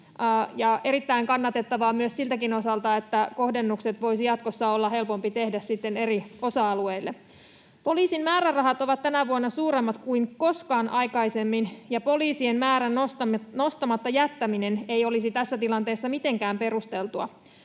erittäin kannatettavaa myös siltäkin osin, että kohdennukset voisi sitten jatkossa olla helpompi tehdä eri osa-alueille. Poliisin määrärahat ovat tänä vuonna suuremmat kuin koskaan aikaisemmin, ja polii-sien määrän nostamatta jättäminen ei olisi tässä tilanteessa mitenkään perusteltua.